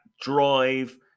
drive